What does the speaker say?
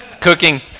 cooking